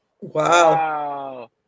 Wow